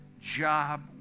job